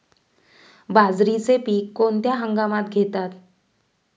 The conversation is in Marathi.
बाजरीचे पीक कोणत्या हंगामात घेतात?